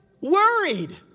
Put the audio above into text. worried